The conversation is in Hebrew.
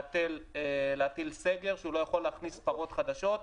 להטיל סגר שבו לא יוכל להכניס פרות חדשות.